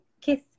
kiss